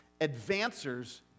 Advancers